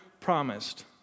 promised